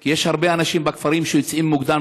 כי יש הרבה אנשים בכפרים שיוצאים מוקדם